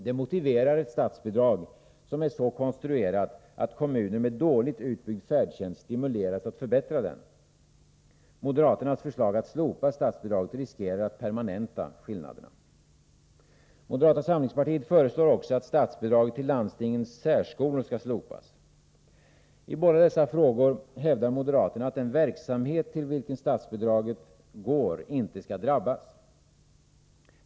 Det motiverar ett statsbidrag som är så konstruerat, att kommuner med dåligt utbyggd färdtjänst stimuleras att förbättra den. Moderaternas förslag att slopa statsbidraget riskerar att permanenta dessa skillnader. Moderata samlingspartiet föreslår också att statsbidraget till landstingens särskolor skall slopas. I båda dessa frågor hävdar moderaterna att den verksamhet till vilken statsbidraget går inte skall drabbas.